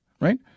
right